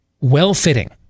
Well-fitting